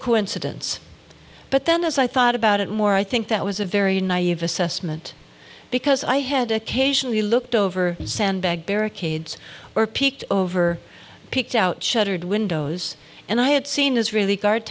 coincidence but then as i thought about it more i think that was a very naive assessment because i had occasionally looked over sandbag barricades or peeked over picked out shattered windows and i had seen israeli guard